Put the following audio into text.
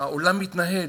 העולם מתנהל,